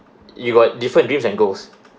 you got different dreams and goals